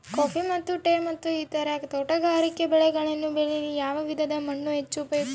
Coffee ಮತ್ತು tea ಮತ್ತು ಇತರ ತೋಟಗಾರಿಕೆ ಬೆಳೆಗಳನ್ನು ಬೆಳೆಯಲು ಯಾವ ವಿಧದ ಮಣ್ಣು ಹೆಚ್ಚು ಉಪಯುಕ್ತ?